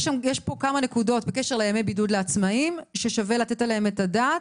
יש פה כמה נקודות לגבי ימי בידוד לעצמאיים שווה לתת עליהן את הדעת.